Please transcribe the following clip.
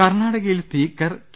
കർണ്ണാടകയിൽ speaker K